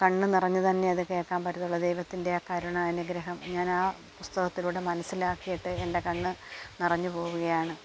കണ്ണു നിറഞ്ഞ് തന്നെ അതു കേൾക്കാൻ പറ്റത്തുള്ളു ദൈവത്തിൻ്റെ ആ കരുണ അനുഗ്രഹം ഞാൻ ആ പുസ്തകത്തിലൂടെ മനസ്സിലാക്കിയിട്ട് എൻ്റെ കണ്ണു നിറഞ്ഞ് പോവുകയാണ്